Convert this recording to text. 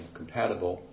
compatible